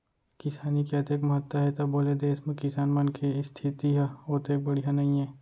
किसानी के अतेक महत्ता हे तभो ले देस म किसान मन के इस्थिति ह ओतेक बड़िहा नइये